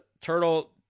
Turtle